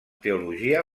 teologia